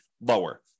lower